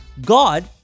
God